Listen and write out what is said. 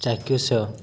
ଚାକ୍ଷୁଷ